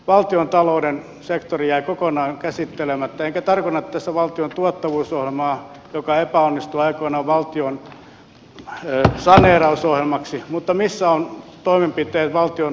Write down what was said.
valtiontalouden sektori jäi kokonaan käsittelemättä enkä tarkoita tässä valtion tuottavuusohjelmaa joka epäonnistui aikoinaan valtion saneerausohjelmaksi mutta missä ovat toimenpiteet valtionhallinnon keventämiseksi